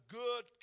good